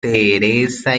teresa